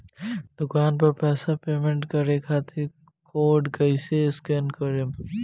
दूकान पर पैसा पेमेंट करे खातिर कोड कैसे स्कैन करेम?